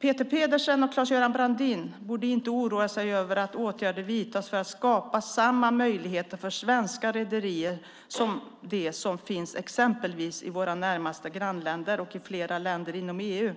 Peter Pedersen och Claes-Göran Brandin borde inte oroa sig över att åtgärder vidtas för att skapa samma möjligheter för svenska rederier som de som finns exempelvis i våra närmaste grannländer och i flera länder inom EU.